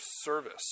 service